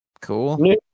Cool